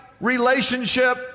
relationship